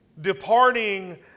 departing